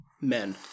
men